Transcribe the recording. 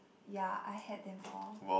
yeah I had them all